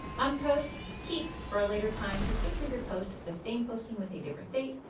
unposted, keep for a later time to quickly repost the same posting with a different date,